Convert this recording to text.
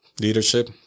leadership